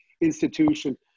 institution